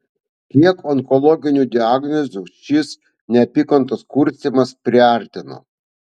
kiek onkologinių diagnozių šis neapykantos kurstymas priartino